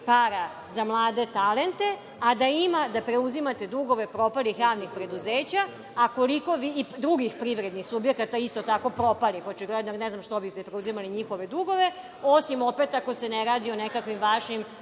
para za mlade talente, a da ima da preuzimate dugove propalih javnih preduzeća i drugih privrednih subjekata, isto tako propalih, očigledno, ali ne znam što biste preuzimali njihove dugove, osim opet ako se ne radi o nekakvim vašim